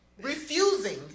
Refusing